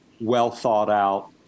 well-thought-out